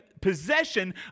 possession